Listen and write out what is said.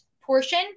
portion